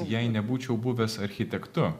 jei nebūčiau buvęs architektu